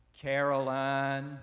Caroline